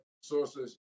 sources